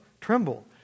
tremble